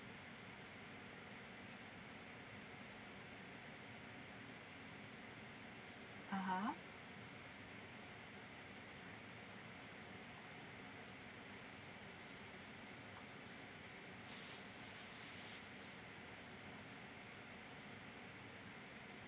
(uh huh)